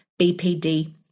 BPD